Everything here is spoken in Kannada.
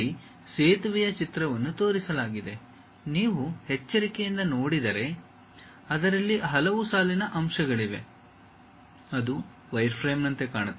ಇಲ್ಲಿ ಸೇತುವೆಯ ಚಿತ್ರವನ್ನು ತೋರಿಸಲಾಗಿದೆ ನೀವು ಎಚ್ಚರಿಕೆಯಿಂದ ನೋಡಿದರೆ ಅದರಲ್ಲಿ ಹಲವು ಸಾಲಿನ ಅಂಶಗಳಿವೆ ಅದು ವೈರ್ಫ್ರೇಮ್ನಂತೆ ಕಾಣುತ್ತದೆ